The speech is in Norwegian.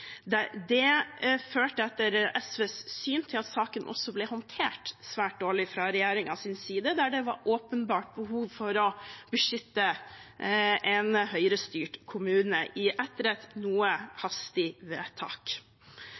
Det førte etter SVs syn til at saken også ble håndtert svært dårlig fra regjeringens side, der det åpenbart var behov for å beskytte en Høyre-styrt kommune etter et noe hastig vedtak.